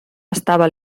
estava